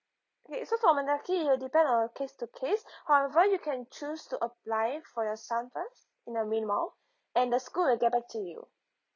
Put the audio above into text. okay so for amenity it'll depend on case to case however you can choose to apply for your son first in the meanwhile and the school will get back to you